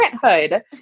parenthood